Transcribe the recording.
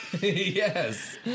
Yes